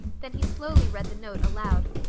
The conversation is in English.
then he slowly read the note aloud.